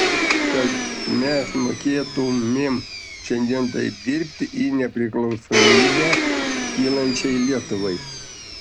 kad mes mokėtumėm šiandien taip dirbti į nepriklausomybę kylančiai lietuvai